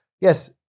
yes